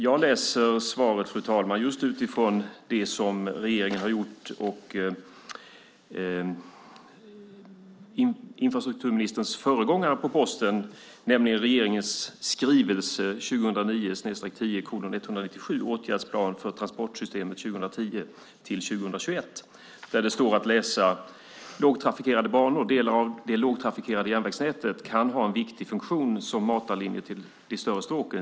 Jag läser svaret utifrån det som regeringen och infrastrukturministerns föregångare på posten har skrivit i regeringens skrivelse 2009/10:197 Åtgärdsplan för transportsystemet 2010-2021 . Där kan man under rubriken Lågtrafikerade banor läsa: "Delar av det lågtrafikerade järnvägsnätet kan ha en viktig funktion som matarlinjer till de större stråken.